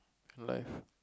life